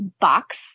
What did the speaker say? box